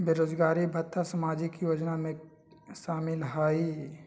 बेरोजगारी भत्ता सामाजिक योजना में शामिल ह ई?